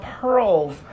pearls